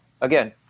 again